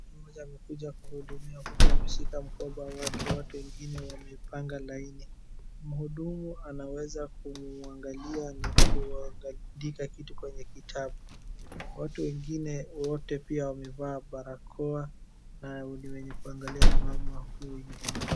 Muuguzi amekuja kuhudumia huku ameshika mkoba wake. Watu wengine wamepanga laini. Mhudumu anaweza kumwangalia na kuandika kitu kwenye kitabu. Watu wengine wote pia wamevaa barakoa na ni wenye kuangalia mama huyu.